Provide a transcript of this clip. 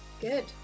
Good